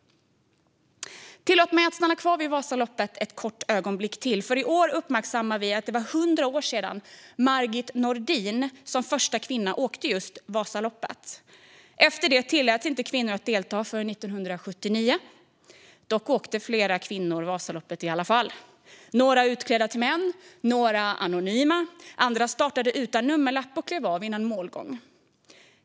Tillåt mig att stanna kvar vid Vasaloppet ett kort ögonblick till. I år uppmärksammar vi att det var 100 år sedan Margit Nordin som första kvinna åkte just Vasaloppet. Men efter det tilläts kvinnor inte att delta förrän 1979. Dock åkte flera kvinnor Vasaloppet i alla fall. Några åkte utklädda till män, några anonyma, andra startade utan nummerlapp och klev av innan målgång.